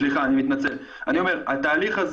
אני רוצה להסביר את הנקודה.